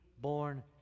born